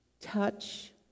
touch